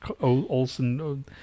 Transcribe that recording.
Olson